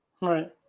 Right